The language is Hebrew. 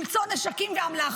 למצוא נשקים ואמל"ח.